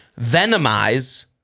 venomize